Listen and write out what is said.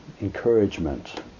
encouragement